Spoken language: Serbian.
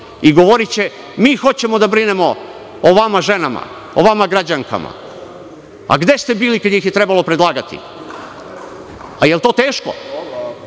i govoriće – mi hoćemo da brinemo o vama ženama, o vama građankama. Gde ste bili kada ih je trebalo predlagati? Da li je to teško?